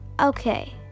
okay